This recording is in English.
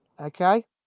okay